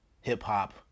hip-hop